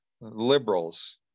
liberals